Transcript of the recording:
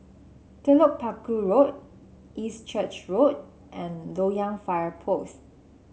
Telok Paku Road East Church Road and Loyang Fire Post